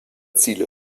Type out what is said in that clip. ziele